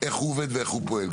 איך הוא עובד ואיך הוא פועל.